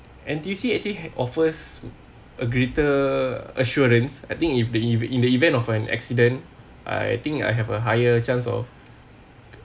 N_T_U_C actually offers a greater assurance I think if the in the event of an accident I think I have a higher chance of